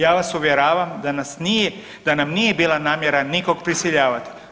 Ja vas uvjeravam da nas nije, da nam nije bila namjera nikog prisiljavati.